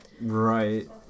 Right